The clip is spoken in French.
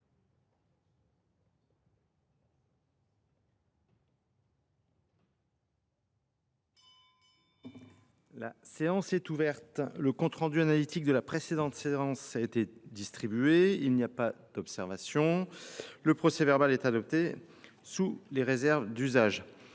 La séance est ouverte. Le compte rendu analytique de la précédente séance a été distribué. Il n’y a pas d’observation ?… Le procès verbal est adopté sous les réserves d’usage.